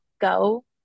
go